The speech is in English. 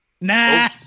Nah